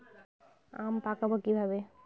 আম পাকাবো কিভাবে?